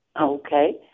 Okay